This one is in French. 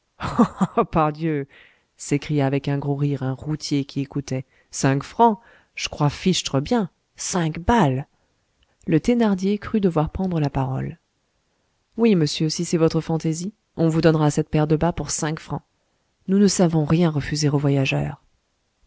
pardieu s'écria avec un gros rire un routier qui écoutait cinq francs je crois fichtre bien cinq balles le thénardier crut devoir prendre la parole oui monsieur si c'est votre fantaisie on vous donnera cette paire de bas pour cinq francs nous ne savons rien refuser aux voyageurs